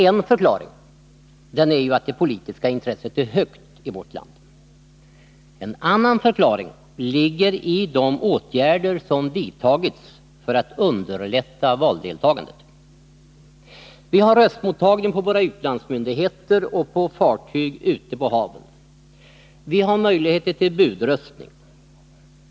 En förklaring är att det politiska intresset är högt i vårt land. En annan förklaring ligger i de åtgärder som vidtagits för att underlätta valdeltagandet. Vi har röstmottagning vid våra utlandsmyndigheter och på fartyg ute på haven. Vi har möjlighet till budröstning.